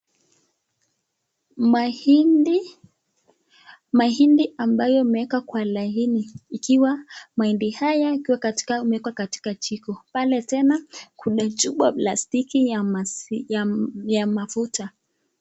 Mahindi ambayo imewekwa kwa laini ikiwa mahindi haya ikiwa katika imewekwa katika jiko. Pale tena kuna chupa plastiki ya mafuta.